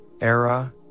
era